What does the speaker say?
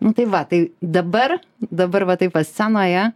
nu tai va tai dabar dabar va taip scenoje